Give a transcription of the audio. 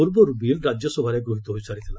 ପୂର୍ବରୁ ବିଲ୍ ରାଜ୍ୟସଭାରେ ଗୃହୀତ ହୋଇସାରିଥିଲା